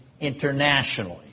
internationally